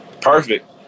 Perfect